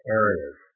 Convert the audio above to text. areas